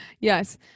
Yes